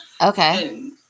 Okay